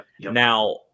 Now